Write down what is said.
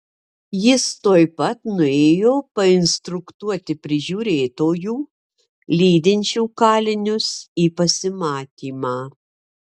jis tuoj pat nuėjo painstruktuoti prižiūrėtojų lydinčių kalinius į pasimatymą